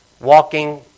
Walking